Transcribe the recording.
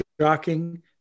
shocking